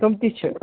تِم تہِ چھِ